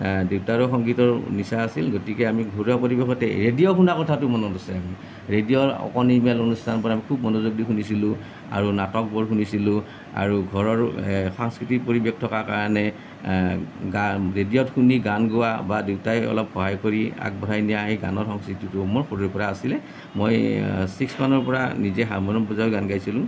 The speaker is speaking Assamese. দেউতাৰো সংগীতৰ নিচা আছিল গতিকে আমি ঘৰুৱা পৰিৱেশতেই ৰেডিঅ' শুনা কথাটো মনত আছে ৰেডিঅ'ৰ অকণিৰ মেল অনুষ্ঠানটো খুব মনোযোগ দি শুনিছিলোঁ আৰু নাটকবোৰ শুনিছিলোঁ আৰু ঘৰৰো সাংস্কৃতিক পৰিৱেশ থকা কাৰণেই গান ৰেডিঅ'ত শুনি গান গোৱা বা দেউতাই অলপ সহায় কৰি আগবঢ়াই নিয়া এই গানৰ সংস্কৃতিটো মোৰ সৰুৰে পৰাই আছিলে মই ছিক্স মানৰ পৰা নিজে হাৰমনিয়াম বজাই গান গাইছিলোঁ